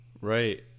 Right